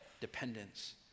dependence